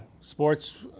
sports